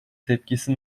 tepkisi